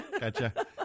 gotcha